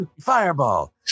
fireball